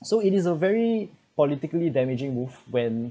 so it is a very politically damaging move when